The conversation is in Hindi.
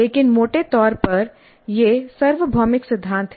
लेकिन मोटे तौर पर ये सार्वभौमिक सिद्धांत हैं